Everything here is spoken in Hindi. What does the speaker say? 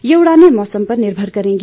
ये उड़ाने मौसम पर निर्भर करेंगी